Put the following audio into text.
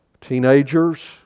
teenagers